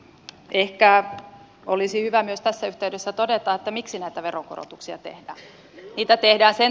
ehkä olisi hyvä myös tässä yhteydessä todeta miksi näitä veronkorotuksia tehdään